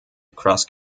across